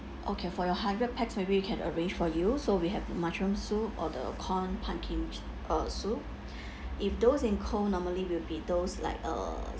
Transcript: okay for your hundred pax maybe we can arrange for you so we have mushroom soup or the corn pumpkin uh soup if those in cold normally will be those like uh